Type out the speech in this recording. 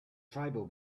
tribal